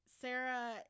sarah